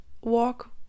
walk